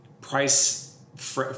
price